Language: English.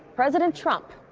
president trump.